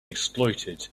exploited